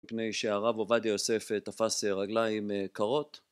מפני שהרב עובדיה יוסף תפס רגליים קרות